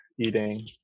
eating